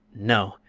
no!